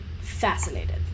fascinated